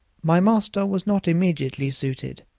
my master was not immediately suited,